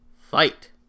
Fight